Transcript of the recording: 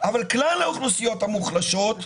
אבל כלל האוכלוסיות המוחלשות,